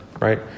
right